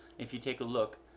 if you take a look